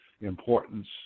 importance